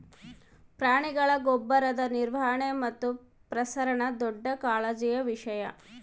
ಪ್ರಾಣಿಗಳ ಗೊಬ್ಬರದ ನಿರ್ವಹಣೆ ಮತ್ತು ಪ್ರಸರಣ ದೊಡ್ಡ ಕಾಳಜಿಯ ವಿಷಯ